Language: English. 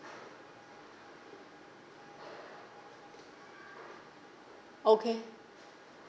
okay